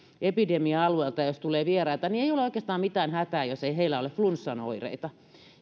epidemia alueelta tulee vieraita niin ei ole oikeastaan mitään hätää jos ei heillä ole flunssan oireita